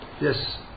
Yes